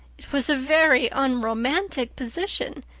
it was a very unromantic position,